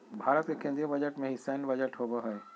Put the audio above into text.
भारत के केन्द्रीय बजट में ही सैन्य बजट होबो हइ